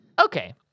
Okay